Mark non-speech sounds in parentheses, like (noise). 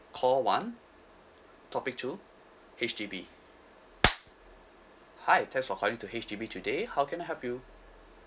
call one topic two H_D_B (noise) hi thanks for calling to H_D_B today how can I help you